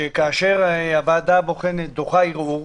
שכאשר הוועדה דוחה ערעור,